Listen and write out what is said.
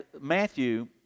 Matthew